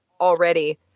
already